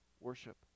worship